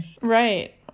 Right